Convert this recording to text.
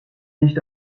nicht